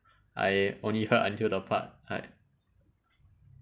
I only heard until the part I